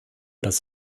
das